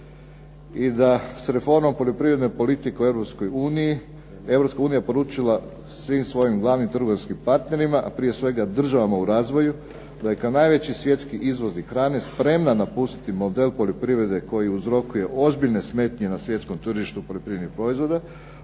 i da se reforma o poljoprivrednoj politici Europskoj uniji, Europska unija poručila svim svojim glavnim trgovinskim partnerima, a prije svega državama u razvoju da je kao najveći svjetski izvoznik hrane spremna napustiti model poljoprivrede koji uzrokuje ozbiljne smetnje na svjetskom tržištu poljoprivrednih proizvoda,